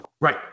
Right